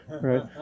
right